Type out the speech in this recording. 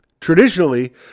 traditionally